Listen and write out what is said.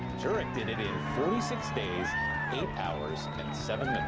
jurek did it in forty six days. eight hours and